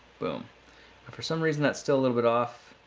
boom. and for some reason that's still a little bit off.